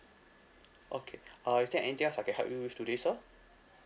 okay uh is there anything else I can help you with today sir